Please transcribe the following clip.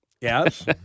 Yes